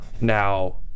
Now